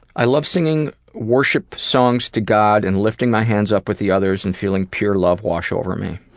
i love singing worship songs to god and lifting my hands up with the others and feeling pure love wash over me.